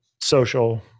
social